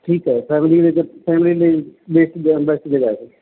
ਠੀਕ ਹੈ